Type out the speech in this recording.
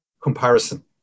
comparison